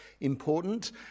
important